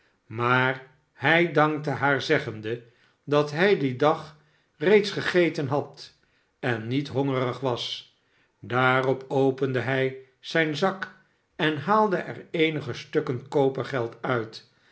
maar hij dankte haar zeggende dat hij dien dag reeds gegeten had en niet hongerig was daarop opende hij zijn zak en haalde er eenige stukken kopergeld uit